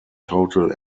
total